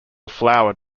flour